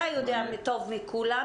אתה יודע טוב מכולם,